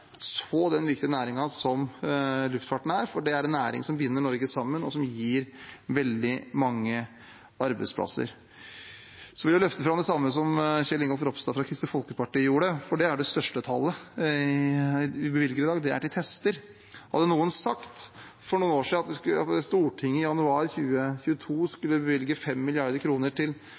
så den viktige næringen som luftfarten er, for det er en næring som binder Norge sammen, og som gir veldig mange arbeidsplasser. Jeg vil løfte fram det samme som Kjell Ingolf Ropstad fra Kristelig Folkeparti gjorde, for det største tallet i dag er de midlene vi bevilger til tester. Hadde noen sagt for noen år siden at Stortinget i januar 2022 skulle bevilge 5 mrd. kr til